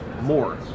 more